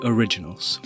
Originals